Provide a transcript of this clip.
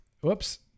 Whoops